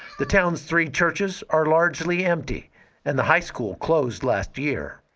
the town's three churches are largely empty and the high school closed last year.